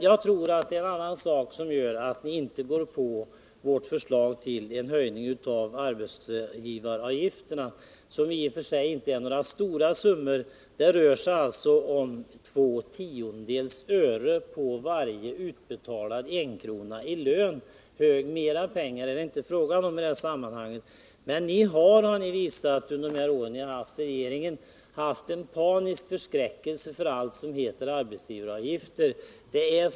Jag tror det också är en annan sak som gör att ni inte ansluter er till vårt förslag till höjning av arbetsgivaravgifterna. Det gäller i och för sig inte några stora summor — det rör sig i det här sammanhanget om två tiondels öre på varje utbetalad enkrona i lön; mera pengar är det inte fråga om. Ni har, under de år då ni har innehaft regeringsställning, visat att ni haft en panisk förskräckelse för allt vad arbetsgivaravgifter heter.